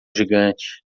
gigante